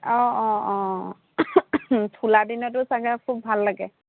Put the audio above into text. অঁ অঁ অঁ ফুলা দিনতো চাগে খুব ভাল লাগে